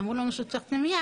שאמרו לנו שהוא צריך פנימייה,